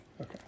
Okay